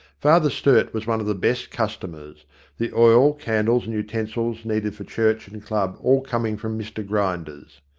father sturt was one of the best cus tomers the oil, candles and utensils needed for church and club all coming from mr grinder's.